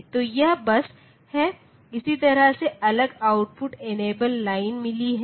तो यह बस है इसी तरह से अलग आउटपुट इनेबल लाइन मिली है